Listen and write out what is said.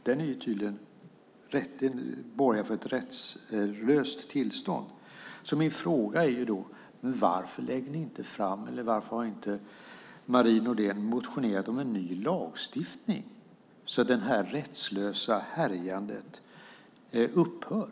Den borgar tydligen för ett rättslöst tillstånd. Min fråga är: Varför har inte Marie Nordén motionerat om en ny lagstiftning så att det här rättslösa härjandet upphör?